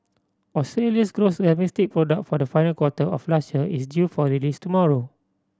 Australia's gross domestic product for the final quarter of last year is due for release tomorrow